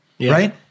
right